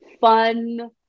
fun